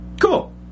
Cool